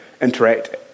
interact